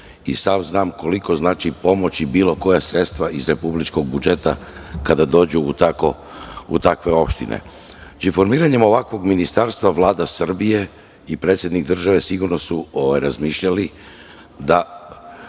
i sam znam koliko znači pomoć i bilo koja sredstva iz republičkog budžeta kada dođu u takve opštine. Formiranjem ovakvog ministarstva Vlada Srbije i predsednik države sigurno su razmišljali o